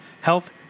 health